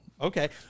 okay